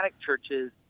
churches